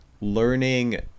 learning